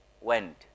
went